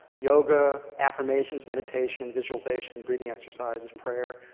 yoga, affirmations, meditation, visualization, breathing exercises, prayer,